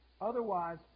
otherwise